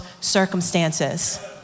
circumstances